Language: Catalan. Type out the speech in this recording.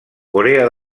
corea